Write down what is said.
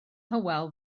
hywel